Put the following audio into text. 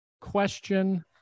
question